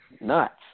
nuts